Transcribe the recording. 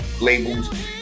labels